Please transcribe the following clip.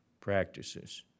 practices